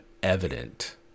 evident